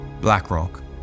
Blackrock